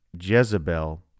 Jezebel